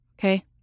Okay